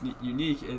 unique